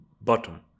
bottom